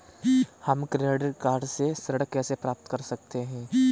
हम credit card से ऋण कैसे प्राप्त कर सकते हैं?